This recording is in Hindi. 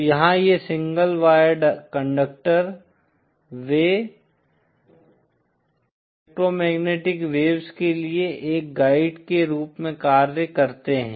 तो यहां ये सिंगल वायर कंडक्टर वे बस इलेक्ट्रोमैग्नेटिक वेव्स के लिए एक गाइड के रूप में कार्य करते हैं